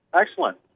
Excellent